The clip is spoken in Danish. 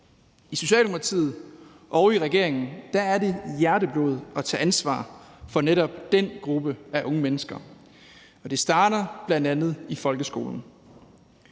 I Socialdemokratiet og i regeringen er det hjerteblod at tage ansvar for netop den gruppe af unge mennesker, og det starter bl.a. i folkeskolen.